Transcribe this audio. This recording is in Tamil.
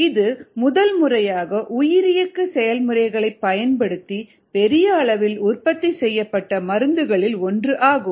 இது முதல்முறையாக உயிரியக்க செயல்முறைககளைப் பயன்படுத்தி பெரிய அளவில் உற்பத்தி செய்யப்பட்ட மருந்துகளில் ஒன்று ஆகும்